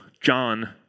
John